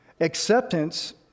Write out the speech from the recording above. Acceptance